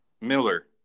Miller